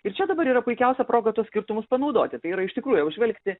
ir čia dabar yra puikiausia proga tuos skirtumus panaudoti tai yra iš tikrųjų apžvelgti